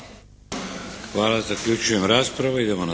Hvala. Zaključujem raspravu.